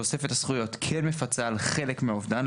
תוספת הזכויות כן מפצה על חלק מהאובדן,